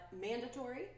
mandatory